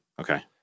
Okay